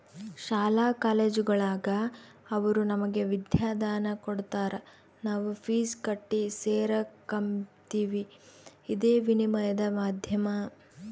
ಶಾಲಾ ಕಾಲೇಜುಗುಳಾಗ ಅವರು ನಮಗೆ ವಿದ್ಯಾದಾನ ಕೊಡತಾರ ನಾವು ಫೀಸ್ ಕಟ್ಟಿ ಸೇರಕಂಬ್ತೀವಿ ಇದೇ ವಿನಿಮಯದ ಮಾಧ್ಯಮ